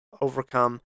overcome